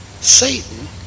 Satan